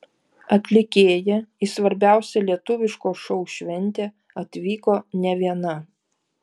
atlikėja į svarbiausią lietuviško šou šventę atvyko ne viena